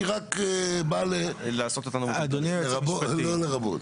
היא רק באה לרבות לא לרבות.